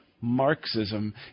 Marxism